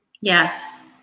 Yes